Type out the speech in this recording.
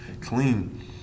clean